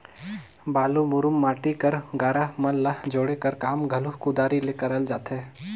बालू, मुरूम, माटी कर गारा मन ल जोड़े कर काम घलो कुदारी ले करल जाथे